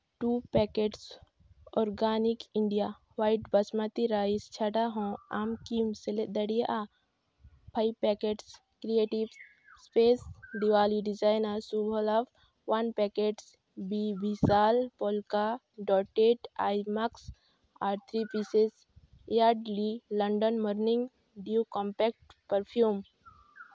two packets organic India white basmati rice ᱪᱷᱟᱰᱟ ᱦᱚᱸ ᱟᱢ ᱠᱤᱢ ᱥᱮᱞᱮᱫ ᱫᱟᱲᱮᱭᱟᱜᱼᱟ five packets creative space Diwali designer Shubh Labh one packet ᱵᱤᱼᱵᱷᱤᱥᱟᱞ ᱯᱚᱞᱠᱟ ᱰᱚᱴᱮᱰ ᱟᱭ ᱢᱟᱥᱠ ᱟᱨ three pieces Yardley London morning dew compact perfume